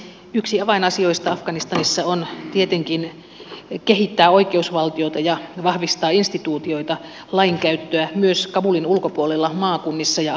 yksi avainasioista afganistanissa on tietenkin kehittää oikeusvaltiota ja vahvistaa instituutioita lain käyttöä myös kabulin ulkopuolella maakunnissa ja alueilla